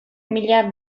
mila